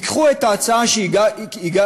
ייקחו את ההצעה שהגענו,